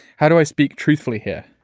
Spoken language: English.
how do i speak truthfully here?